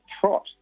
trot